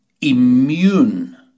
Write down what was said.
immune